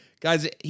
Guys